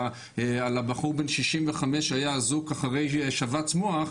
על הבחור בן 65 שהיה אזוק אחרי שבץ מוח,